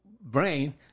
brain